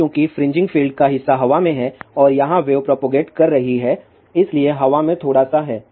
अब चूंकि fringing field का हिस्सा हवा में है और यहां वेव प्रोपगेट कर रही है इसलिए हवा में थोड़ा सा है